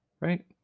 right